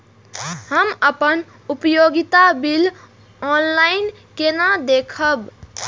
हम अपन उपयोगिता बिल ऑनलाइन केना देखब?